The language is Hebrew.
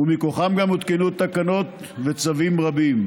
ומכוחם גם הותקנו תקנות וצווים רבים.